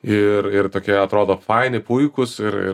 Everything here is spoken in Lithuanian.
ir ir tokia atrodo fan i puikūs ir ir